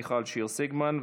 מיכל שיר סגמן,